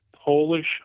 Polish